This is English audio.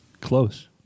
Close